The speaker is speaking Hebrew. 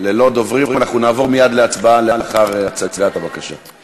אנחנו עוברים לבקשת